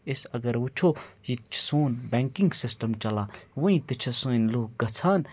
أسۍ اگر وٕچھو ییٚتہِ چھِ سون بینٛکِنٛگ سِسٹَم چَلان وٕنۍ تہِ چھِ سٲنۍ لُکھ گژھان